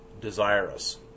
desirous